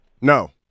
No